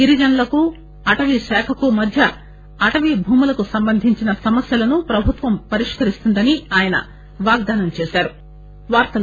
గిరిజనులకు అటవీశాఖకు మధ్య అటవీ భూములకు సంబంధించిన సమస్యలను ప్రభుత్వం పరిష్కరిస్తుందని ఆయన వాగ్దానం చేశారు